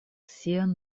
sian